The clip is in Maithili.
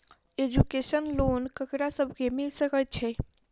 एजुकेशन लोन ककरा सब केँ मिल सकैत छै?